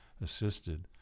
assisted